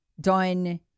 done